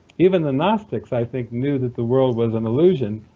even the gnostics, i think, knew that the world was an illusion,